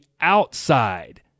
outside